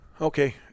Okay